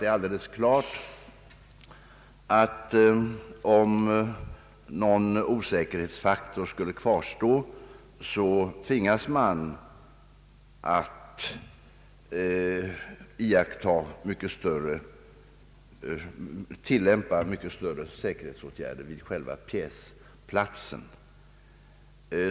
Det är alldeles klart att om någon osäkerhetsfaktor skulle kvarstå tvingas man att tillämpa mycket större säkerhetsåtgärder vid själva pjäsplatsen.